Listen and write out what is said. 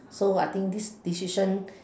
so I think this decision